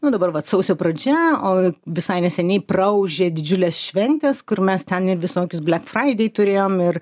nu dabar vat sausio pradžia o visai neseniai praūžė didžiulės šventės kur mes ten į visokius blek fraidei turėjom ir